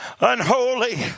unholy